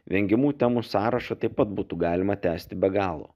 vengiamų temų sąrašą taip pat būtų galima tęsti be galo